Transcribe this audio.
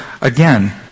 again